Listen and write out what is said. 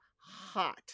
hot